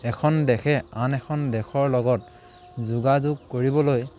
এখন দেশে আন এখন দেশৰ লগত যোগাযোগ কৰিবলৈ